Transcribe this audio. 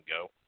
go